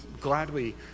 gladly